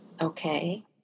Okay